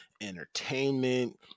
entertainment